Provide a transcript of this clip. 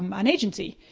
um an agency.